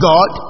God